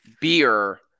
beer